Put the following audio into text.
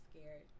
scared